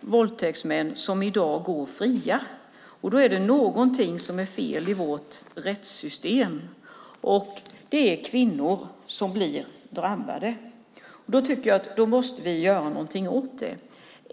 våldtäktsmän som går fria i dag. Det är någonting som är fel i vårt rättssystem, och det är kvinnor som blir drabbade. Jag tycker att vi måste göra någonting åt det.